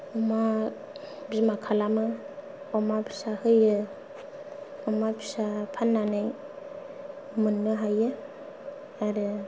अमा बिमा खालामो अमा फिसा होयो अमा फिसा फाननानै मोननो हायो आरो